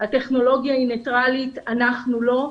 שהטכנולוגיה היא ניטרלית ואנחנו לא.